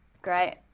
Great